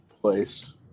place